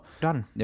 Done